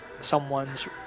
someone's